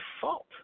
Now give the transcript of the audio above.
fault